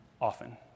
often